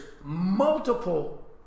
multiple